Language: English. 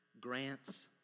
grants